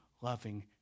loving